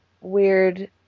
weird